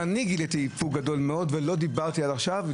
ואני גיליתי איפוק גדול מאוד ולא דיברתי עד עכשיו.